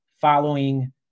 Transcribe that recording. following